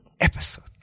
episode